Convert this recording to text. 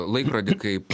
laikrodį kaip